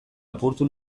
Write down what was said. apurtu